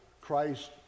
Christ